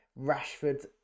Rashford